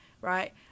right